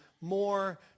more